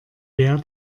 wer